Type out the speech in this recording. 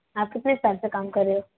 आप कितने साल से काम कर रहे हो